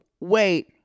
wait